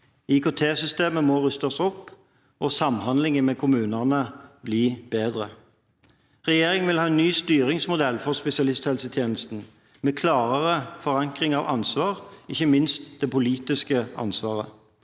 IKT-systemet må rustes opp og samhandlingen med kommunene bli bedre. Regjeringen vil ha en ny styringsmodell for spesialisthelsetjenesten, med klarere forankring av ansvar, ikke minst det politiske ansvaret.